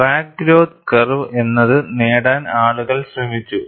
crack growth curve എന്നത് നേടാൻ ആളുകൾ ശ്രമിച്ചു